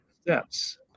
steps